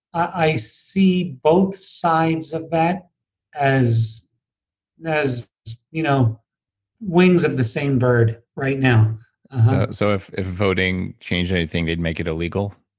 i see both sides of that as as you know wings of the same bird right now so if voting changed anything, they'd make it illegal?